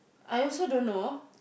I also don't know